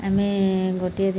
ଆମେ ଗୋଟିଏ ଦିନରେ